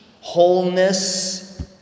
Wholeness